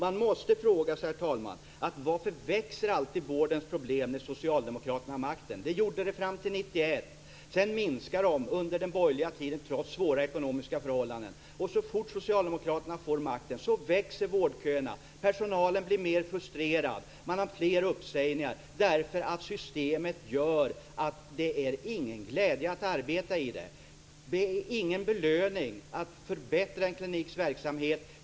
Man måste fråga sig, herr talman, varför vårdens problem alltid växer när socialdemokraterna har makten. Problemen växte fram till 1991. Sedan minskade de under den borgerliga tiden, trots svåra ekonomiska förhållanden. Så fort socialdemokraterna får makten växer vårdköerna. Personalen blir mer frustrerad. Man har fler uppsägningar. Systemet gör att det inte finns någon arbetsglädje. Det kommer ingen belöning om man förbättrar en kliniks verksamhet.